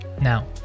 Now